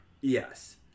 Yes